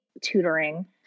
tutoring